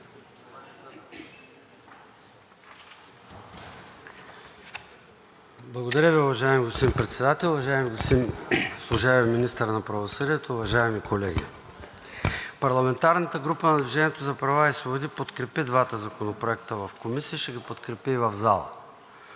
Благодаря Ви, уважаеми господин Председател. Уважаеми господин служебен Министър на правосъдието, уважаеми колеги! Парламентарната група на „Движение за права и свободи“ подкрепи двата законопроекта в Комисията – ще ги подкрепи и в залата.